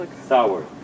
Sour